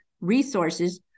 resources